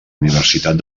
universitat